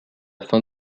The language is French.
fin